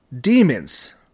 demons